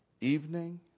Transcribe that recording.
Evening